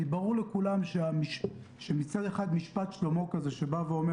כי ברור לכולם שמצד אחד משפט שלמה כזה שאומר